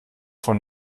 vor